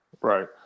Right